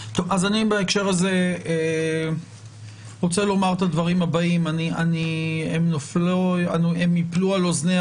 בהקשר הזה אני רוצה לומר את הדברים הבאים והם ייפלו על אוזניה